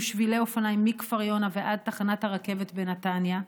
יהיו שבילי אופניים מכפר יונה ועד תחנת הרכבת בנתניה,